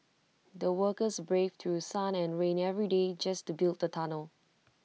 the workers braved through sun and rain every day just to build the tunnel